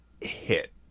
hit